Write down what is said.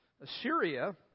Assyria